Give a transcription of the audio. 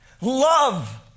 Love